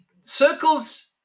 circles